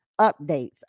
updates